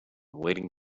waiting